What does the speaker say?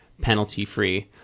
penalty-free